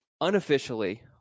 unofficially